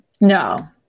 No